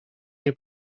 nie